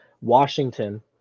Washington